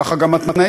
ככה גם התנאים: